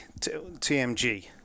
TMG